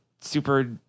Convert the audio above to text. super